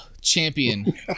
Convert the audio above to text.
champion